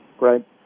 right